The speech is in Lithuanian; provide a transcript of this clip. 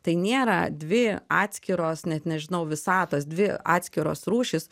tai nėra dvi atskiros net nežinau visatos dvi atskiros rūšys